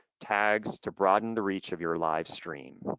tags to broaden the reach of your live stream.